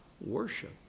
worship